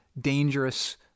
dangerous